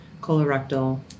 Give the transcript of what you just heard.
colorectal